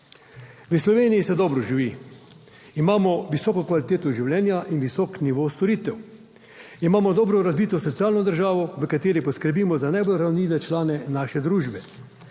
V Sloveniji se dobro živi, imamo visoko kvaliteto življenja in visok nivo storitev, imamo dobro razvito socialno državo, v kateri poskrbimo za najbolj ranljive člane naše družbe.